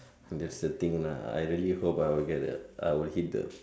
and that's the thing lah I really hope I will get the I will hit the